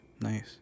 Nice